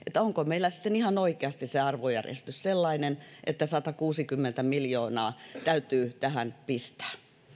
onko meillä sitten ihan oikeasti se arvojärjestys sellainen että satakuusikymmentä miljoonaa täytyy tähän pistää